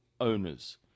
owners